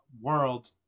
world